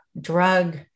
drug